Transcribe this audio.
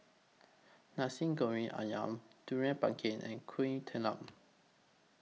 Nasi Goreng Ayam Durian Pengat and Kuih Talam